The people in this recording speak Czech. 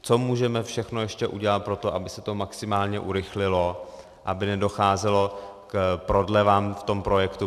Co můžeme všechno ještě udělat pro to, aby se to maximálně urychlilo, aby nedocházelo k prodlevám v tom projektu?